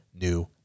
new